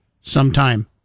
sometime